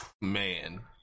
Man